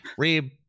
Reeb